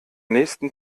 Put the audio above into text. nächsten